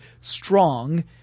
strong